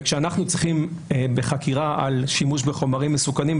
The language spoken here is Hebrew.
כשאנחנו צריכים בחקירה על שימוש בחומרים מסוכנים,